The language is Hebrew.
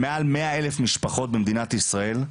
שמעל 100 אלף משפחות במדינת ישראל,